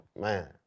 man